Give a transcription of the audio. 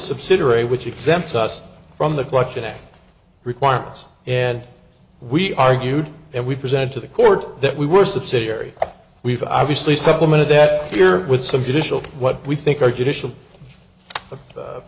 subsidiary which exempts us from the collection at requirements and we argued and we present to the court that we were subsidiary we've obviously supplement that here with some judicial what we think our judicial